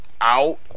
out